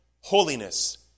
holiness